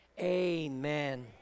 amen